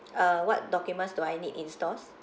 uh what documents do I need in stores